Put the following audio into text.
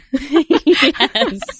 Yes